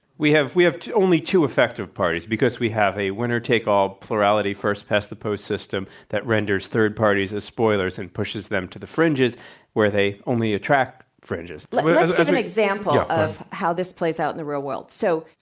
we have we have only two effective parties because we have a winner take all plurality first past the post system that renders third parties as spoilers and pushes them to the fringes where they only attract fringes. let's give an example of how this plays out in the real world. so,